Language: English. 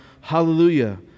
Hallelujah